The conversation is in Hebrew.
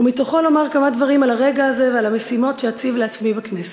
ומתוכו לומר כמה דברים על הרגע הזה ועל המשימות שאציב לעצמי בכנסת.